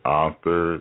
author